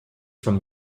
from